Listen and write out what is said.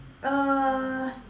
uh